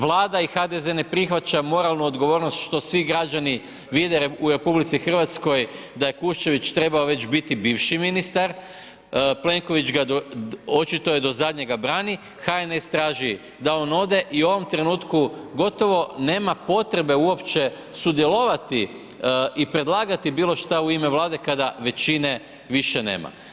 Vlada i HDZ ne prihvaća moralnu odgovornost što svi građani vide u RH da je Kuščević trebao već biti bivši ministar, Plenković ga, očito ga do zadnjega brani, HNS traži da on ode i u ovom trenutku gotovo nema potrebe uopće sudjelovati i predlagati bilo što u ime Vlada kada većine više nema.